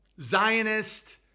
Zionist